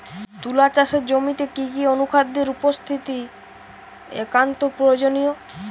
তুলা চাষের জমিতে কি কি অনুখাদ্যের উপস্থিতি একান্ত প্রয়োজনীয়?